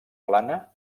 plana